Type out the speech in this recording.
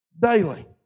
daily